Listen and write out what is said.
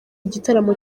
igitaramo